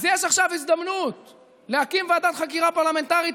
אז יש עכשיו הזדמנות להקים ועדת חקירה פרלמנטרית,